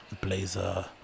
blazer